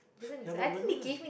ya but Malay is